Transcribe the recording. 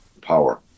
power